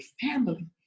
family